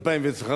ב-2010,